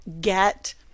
get